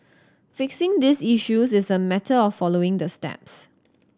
fixing these issues is a matter of following the steps